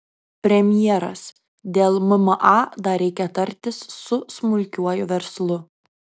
premjeras dėl mma dar reikia tartis su smulkiuoju verslu